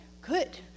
good